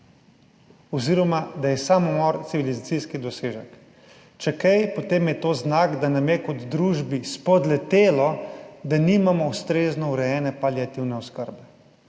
oziroma, da je samomor civilizacijski dosežek. Če kaj, potem je to znak, da nam je kot družbi spodletelo, da nimamo ustrezno urejene paliativne oskrbe.